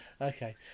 Okay